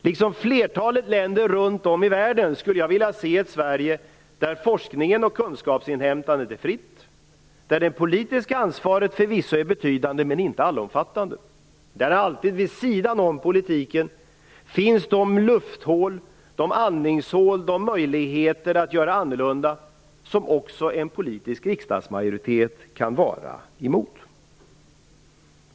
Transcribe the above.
Liksom i flertalet länder runt om i världen skulle jag vilja se ett Sverige där forskning och kunskapsinhämtande är fritt, där det politiska ansvaret förvisso är betydande men inte allomfattande, där det alltid vid sidan om politiken finns lufthål, andningshål och möjligheter att göra annorlunda som också en politisk riksdagsmajoritet kan vara emot.